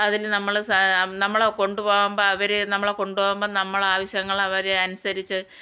അതിന് നമ്മളെ സ നമ്മളെ കൊണ്ട് പോകുമ്പോൾ അവർ നമ്മളെ കൊണ്ട് പോകുമ്പോൾ നമ്മൾ ആവശ്യങ്ങൾ അവർ അനുസരിച്ച്